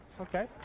Okay